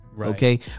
okay